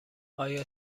آیا